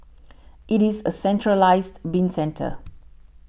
it is a centralised bin centre